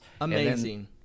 amazing